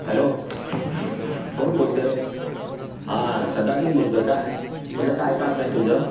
hello कोण बोलतं आहे हां सदानंद बोलतो आहे का म्हटलं काय काम आहे तुझं